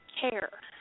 care